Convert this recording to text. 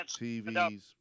TVs